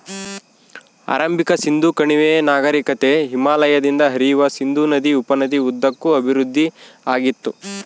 ಆರಂಭಿಕ ಸಿಂಧೂ ಕಣಿವೆ ನಾಗರಿಕತೆ ಹಿಮಾಲಯದಿಂದ ಹರಿಯುವ ಸಿಂಧೂ ನದಿ ಉಪನದಿ ಉದ್ದಕ್ಕೂ ಅಭಿವೃದ್ಧಿಆಗಿತ್ತು